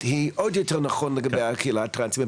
זה עוד יותר נכון לגבי הקהילה הטרנסית,